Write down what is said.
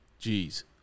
Jeez